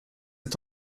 est